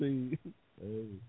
Hey